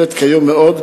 מוגבלת כיום מאוד.